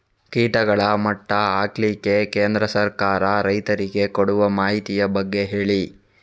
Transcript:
ಕೀಟಗಳ ಮಟ್ಟ ಹಾಕ್ಲಿಕ್ಕೆ ಕೇಂದ್ರ ಸರ್ಕಾರ ರೈತರಿಗೆ ಕೊಡುವ ಮಾಹಿತಿಯ ಬಗ್ಗೆ ಹೇಳಿ